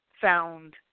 found